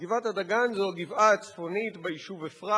גבעת-הדגן זו הגבעה הצפונית ביישוב אפרת,